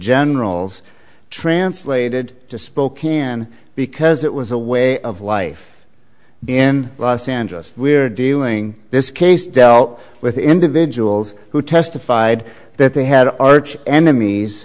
generals translated to spokane because it was a way of life in los angeles we're dealing this case dealt with individuals who testified that they had arch enemies